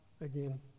again